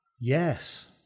Yes